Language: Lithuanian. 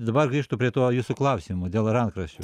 dabar grįžtu prie to jūsų klausimo dėl rankraščių